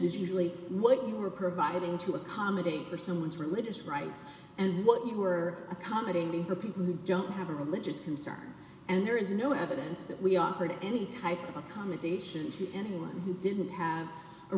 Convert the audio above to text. is usually what you were providing to accommodate for someone's religious rights and what you were accommodating for people who don't have a religious concern and there is no evidence that we offered any type of accommodation to anyone who didn't